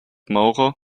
maurer